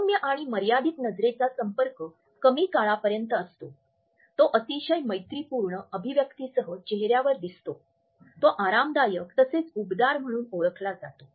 सौम्य आणि मर्यादित नजरेचा संपर्क कमी काळापर्यंत असतो तो अतिशय मैत्रीपूर्ण अभिव्यक्तीसह चेहऱ्यावर दिसतो तो आरामदायक तसेच उबदार म्हणून ओळखला जातो